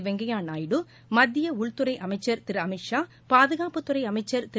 வெங்கய்யா நாயுடு மத்திய உள்துறை அமைச்சர் திரு அமித்ஷா பாதுகாப்புத்துறை அமைச்ச் திரு